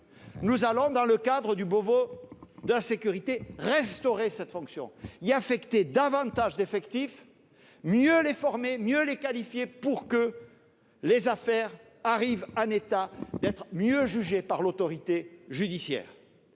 Aussi, dans le cadre du Beauvau de la sécurité, nous allons la restaurer, y affecter davantage d'effectifs, mieux les former, mieux les qualifier, pour que les affaires arrivent en état d'être mieux jugées par l'autorité judiciaire.